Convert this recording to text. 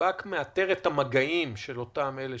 השב"כ מאתר את המגעים של אותם אלה